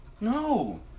No